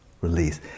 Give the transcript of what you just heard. Release